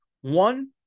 One